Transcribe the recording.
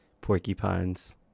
Porcupines